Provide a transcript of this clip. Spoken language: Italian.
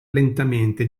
lentamente